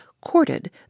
courted